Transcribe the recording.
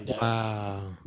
Wow